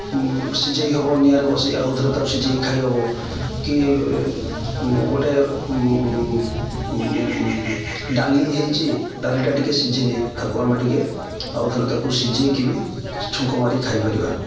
ସିଝାଇ ହେବ ନିଆଁରେ ବସାଇ ଆଉ ଥରେ ତାକୁ ସିଝାଇ ଖାଇ ହେବ କି ଗୋଟେ ଡାଲି ହୋଇଛି ଡାଲିଟା ଟିକିଏ ସିଝିନି ତାକୁ ଆମେ ଟିକିଏ ଆଉ ଥରେ ତାକୁ ସିଝାଇକି ବି ଛୁଙ୍କ ମାରିକି ଖାଇପାରିବା